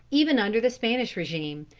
even under the spanish regime,